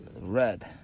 red